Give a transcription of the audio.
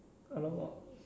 !alamak!